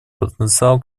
потенциал